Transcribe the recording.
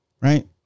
right